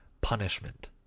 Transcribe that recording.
punishment